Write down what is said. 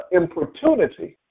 importunity